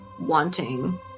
wanting